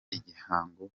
igihango